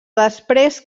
després